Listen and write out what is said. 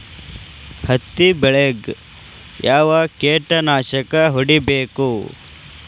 ಹತ್ತಿ ಬೆಳೇಗ್ ಯಾವ್ ಕೇಟನಾಶಕ ಹೋಡಿಬೇಕು?